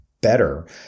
better